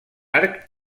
arc